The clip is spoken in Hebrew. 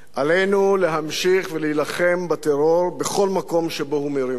עלינו להמשיך ולהילחם בטרור בכל מקום שבו הוא מרים ראש.